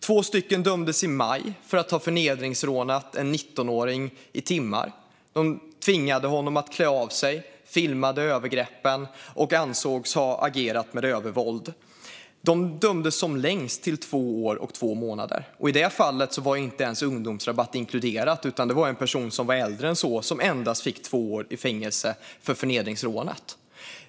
Två personer dömdes i maj för att ha förnedringsrånat en 19-åring i timmar. De tvingade honom att klä av sig, filmade övergreppen och ansågs ha agerat med övervåld. De dömdes som längst till två år och två månader. I det fallet var inte ens ungdomsrabatten inkluderad. Det var en person som var äldre än så som endast fick två år i fängelse för förnedringsrånet.